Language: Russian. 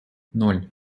ноль